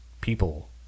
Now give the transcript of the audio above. people